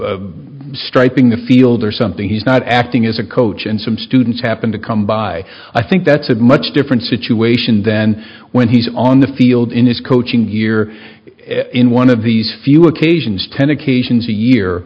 of striping the field or something he's not acting as a coach and some students happened to come by i think that's a much different situation than when he's on the field in his coaching year in one of these few occasions ten occasions a year